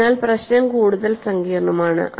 അതിനാൽ പ്രശ്നം കൂടുതൽ സങ്കീർണ്ണമാണ്